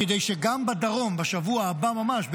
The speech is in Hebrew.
כדי שגם בדרום בשבוע הבא ממש,